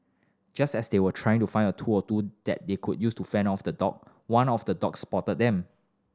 just as they were trying to find a tool or two that they could use to fend off the dog one of the dogs spotted them